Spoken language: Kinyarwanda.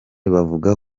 bavuga